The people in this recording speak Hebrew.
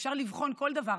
אפשר לבחון כל דבר.